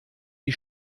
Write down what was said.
die